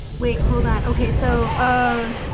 wait, hold on okay. so, um